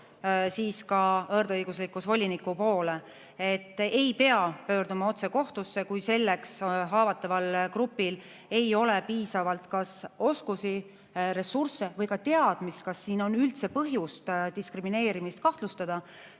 lisaks ka võrdõiguslikkuse voliniku poole. Ei pea pöörduma otse kohtusse, kui haavataval grupil ei ole selleks piisavalt kas oskusi, ressursse või ka teadmist, et kas on üldse põhjust diskrimineerimist kahtlustada.